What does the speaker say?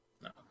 No